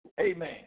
Amen